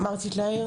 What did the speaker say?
מה את רצית להעיר?